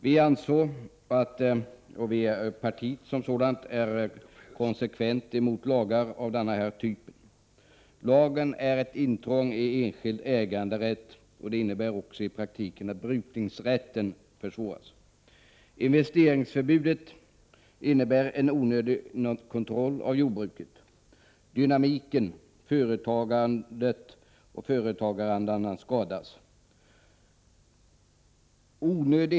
Vi moderater ansåg — och partiet som sådant är konsekvent emot lagar av den här typen -— att lagen var ett intrång i enskild äganderätt, vilket i praktiken innebär att brukningsrätten försvåras. Investeringsförbudet innebär en onödig kontroll av jordbruket. Dynamiken, företagandet och företagarandan, skadas.